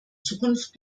zukunft